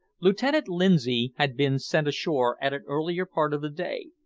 lieutenant lindsay had been sent ashore at an earlier part of the day,